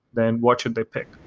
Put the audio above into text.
then what should they pick?